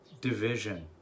division